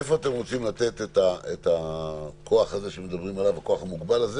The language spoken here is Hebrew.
איפה אתם רוצים לתת את הכוח המוגבל הזה.